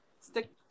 stick